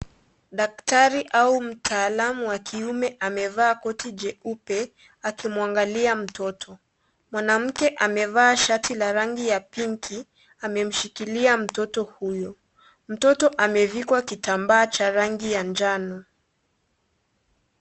Daktari au mtaalam wa kiume amevaa koti jeupe akimwangalia mtoto. Mwanamke amevaa koti la rangi ya pinki akimshikilia mtoto huyu. Mtoto amevikwa kitambaa cha rangi ya njano.